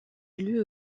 élu